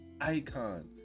icon